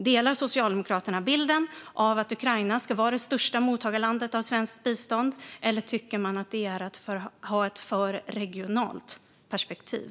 Delar Socialdemokraterna bilden av att Ukraina ska vara det största mottagarlandet av svenskt bistånd, eller tycker man att det är att ha ett för regionalt perspektiv?